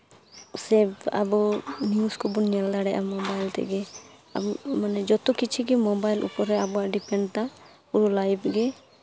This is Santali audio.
ᱥᱮ ᱟᱵᱚ ᱱᱤᱭᱩᱥ ᱠᱚᱵᱚᱱ ᱧᱮᱞ ᱫᱟᱲᱮᱭᱟᱜᱼᱟ ᱢᱳᱵᱟᱭᱤᱞ ᱛᱮᱜᱮ ᱢᱟᱱᱮ ᱡᱚᱛᱚ ᱠᱤᱪᱷᱩᱜᱮ ᱢᱳᱵᱟᱭᱤᱞ ᱩᱯᱚᱨ ᱨᱮ ᱟᱵᱚᱣᱟᱜ ᱮ ᱰᱤᱯᱮᱱᱰᱫᱟ ᱯᱩᱨᱟᱹ ᱞᱟᱭᱤᱯᱷ ᱜᱮ